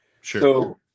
Sure